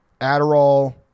Adderall